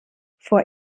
vor